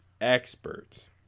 experts